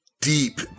deep